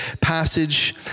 passage